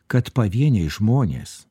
kad pavieniai žmonės